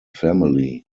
family